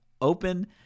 open